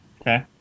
okay